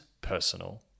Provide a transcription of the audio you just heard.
personal